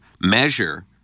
measure